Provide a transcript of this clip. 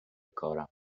کارم